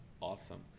awesome